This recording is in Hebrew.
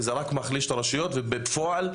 וזה רק מחליש את הרשויות ובפועל,